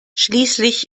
schließlich